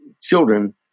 children